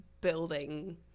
building